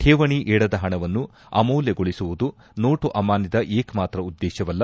ಕೇವಣಿ ಇಡದ ಹಣವನ್ನು ಅಮೌಲ್ಲಗೊಳಿಸುವುದು ನೋಟು ಅಮಾನ್ಲದ ಏಕಮಾತ್ರ ಉದ್ದೇಶವಲ್ಲ